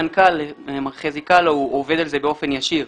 המנכ"ל, מר חזי קאלו, הוא עובד על זה באופן ישיר.